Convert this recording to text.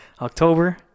October